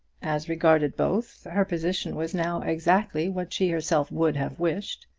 as regarded both, her position was now exactly what she herself would have wished.